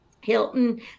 Hilton